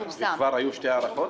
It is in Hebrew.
כבר היו שתי הארכות?